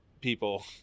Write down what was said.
people